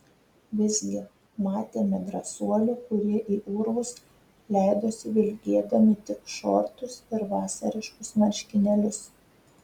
visgi matėme drąsuolių kurie į urvus leidosi vilkėdami tik šortus ir vasariškus marškinėlius